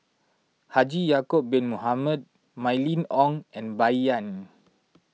Haji Ya'Acob Bin Mohamed Mylene Ong and Bai Yan